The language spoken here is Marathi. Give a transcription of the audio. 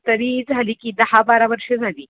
तरी झाली की दहा बारा वर्षं झाली